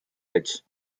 village